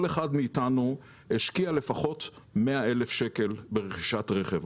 כל אחד מאתנו השקיע לפחות 100,000 ₪ ברכישת רכב,